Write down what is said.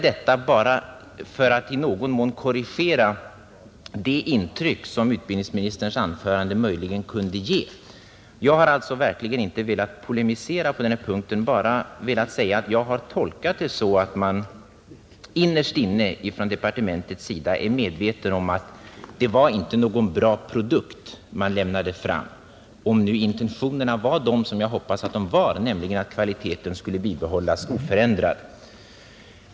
Detta har jag velat säga för att i någon mån korrigera det intryck som utbildningsministerns anförande möjligen kunde ge. Jag har alltså inte velat polemisera på den här punkten utan bara velat säga att jag har tolkat det så att man på departementet innerst inne är medveten om att det inte var någon bra produkt man lämnade fram — om nu intentionerna var de som jag hoppas att de var, nämligen att kvaliteten skulle bibehållas oförändrad.